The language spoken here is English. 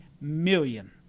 million